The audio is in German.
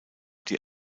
die